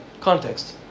context